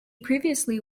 previously